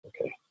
Okay